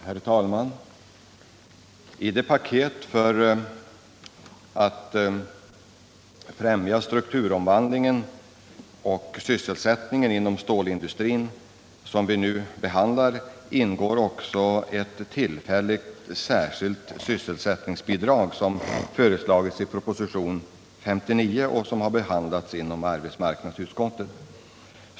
Herr talman! I det paket för att främja strukturomvandlingen och sysselsättningen inom stålindustrin som vi nu diskuterar ingår också ett tillfälligt särskilt sysselsättningsbidrag, som föreslagits i proposition 59 och som har behandlats inom arbetsmarknadsutskottet.